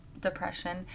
depression